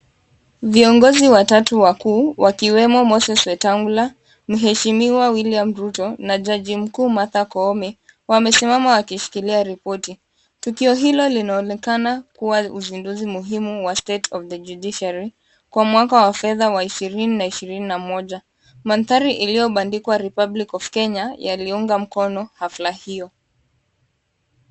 Viongozi watatu wakuu wakiwemo Moses Wetangula, Mheshimiwa William Ruto, na Jaji Mkuu Martha Koome wamesimama wakishikilia ripoti. Tukio hilo linaonekana kuwa uzinduzi muhimu wa State of the Judiciary kwa mwaka wa fedha wa 2021. Mantari iliyobandikwa Republic of Kenya yaliunga mkono hafla hiyo.